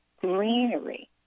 greenery